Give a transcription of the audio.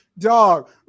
Dog